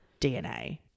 DNA